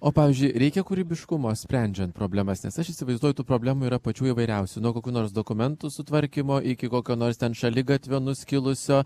o pavyzdžiui reikia kūrybiškumo sprendžiant problemas nes aš įsivaizduoju tų problemų yra pačių įvairiausių nuo kokių nors dokumentų sutvarkymo iki kokio nors ten šaligatvio nuskilusio